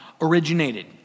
originated